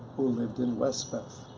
who lived in westbeth,